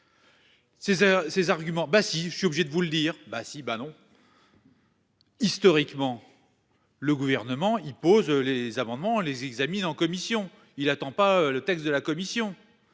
Ces arguments bah si je suis obligé de vous le dire. Bah si. Bah non. Historiquement. Le gouvernement, il pose les amendements les examinent en commission il attend pas le texte de la commission.